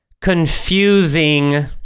confusing